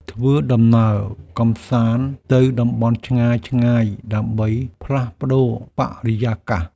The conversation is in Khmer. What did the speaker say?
ធ្វើដំណើរកម្សាន្តទៅតំបន់ឆ្ងាយៗ ដើម្បីផ្លាស់ប្តូរបរិយាកាស។